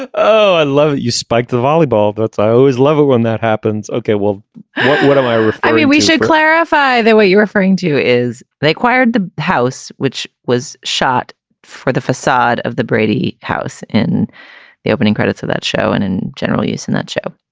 ah oh i love you spike the volleyball that's i always love it when that happens okay well what am i i mean we should clarify that what you're referring to is they acquired the house which was shot for the facade of the brady house in the opening credits of that show and in general use in that show.